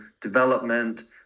development